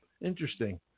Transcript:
Interesting